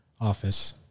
office